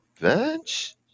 bench